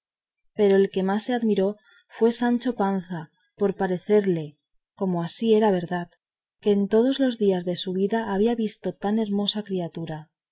pero el que más se admiró fue sancho panza por parecerle como era así verdad que en todos los días de su vida había visto tan hermosa criatura